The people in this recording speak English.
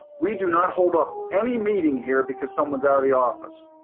we do not hold up any meeting here because someone's out of the office.